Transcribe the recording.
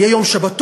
יהיה יום שבתון,